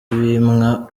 bimwa